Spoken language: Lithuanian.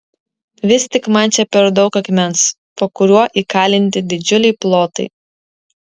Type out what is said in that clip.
vis tik man čia per daug akmens po kuriuo įkalinti didžiuliai plotai